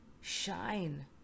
shine